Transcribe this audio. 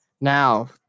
now